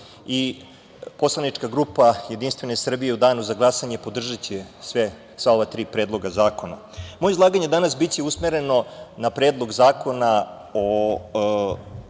i poslanička grupa Jedinstvene Srbije u Danu za glasanje podržaće sva ova tri predloga zakona. Moje izlaganje danas biće usmereno na Predlog zakona o